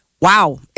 Wow